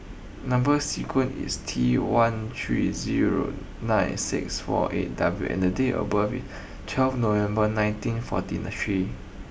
number sequence is T one three zero nine six four eight W and date of birth is twelve November nineteen forty three